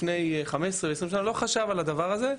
לפני 15 או 20 שנה לא חשב על הדבר הזה.